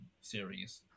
series